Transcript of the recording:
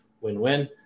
win-win